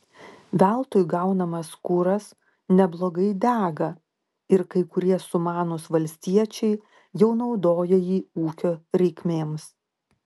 veltui gaunamas kuras neblogai dega ir kai kurie sumanūs valstiečiai jau naudoja jį ūkio reikmėms